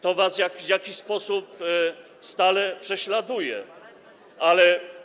To was w jakiś sposób stale prześladuje, ale.